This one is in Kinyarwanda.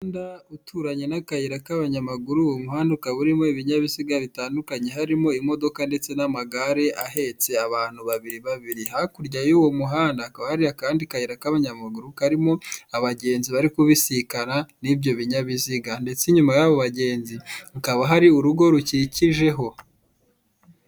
Umuhanda uturanye n'akayira k'abanyamaguru, uwo muhanda ukaba urimo ibinyabiziga bitandukanye. Harimo imodoka ndetse n'amagare ahetse abantu babiri babiri. Hakurya y'uwo muhanda hakaba akandi kayira k'abanyamaguru, karimo abagenzi bari kubisikana n'ibyo binyabiziga. Ndetse inyuma y'abo bagenzi hakaba hari urugo rukikijeho.